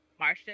Marsha